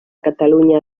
catalunya